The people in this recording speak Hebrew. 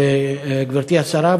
גברתי השרה,